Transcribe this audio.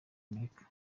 amerika